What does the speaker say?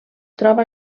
troba